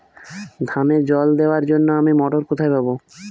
ধানে জল দেবার জন্য আমি মটর কোথায় পাবো?